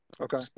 okay